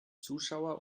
zuschauer